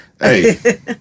Hey